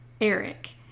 Eric